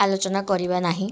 ଆଲୋଚନା କରିବା ନାହିଁ